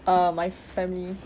err my family